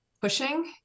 pushing